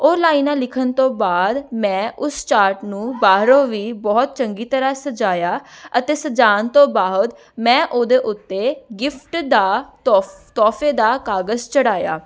ਉਹ ਲਾਈਨਾਂ ਲਿਖਣ ਤੋਂ ਬਾਅਦ ਮੈਂ ਉਸ ਚਾਟ ਨੂੰ ਬਾਹਰੋਂ ਵੀ ਬਹੁਤ ਚੰਗੀ ਤਰ੍ਹਾਂ ਸਜਾਇਆ ਅਤੇ ਸਜਾਉਣ ਤੋਂ ਬਾਅਦ ਮੈਂ ਉਹਦੇ ਉੱਤੇ ਗਿਫਟ ਦਾ ਤੋਫ ਤੋਹਫ਼ੇ ਦਾ ਕਾਗਜ਼ ਚੜਾਇਆ